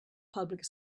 public